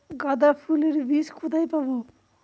গাঁদা ফুলের বীজ কোথায় পাবো?